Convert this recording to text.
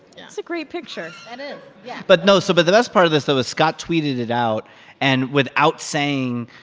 yeah it's a great picture and it is, yeah but no so but the best part of this, though, is scott tweeted it out and without saying,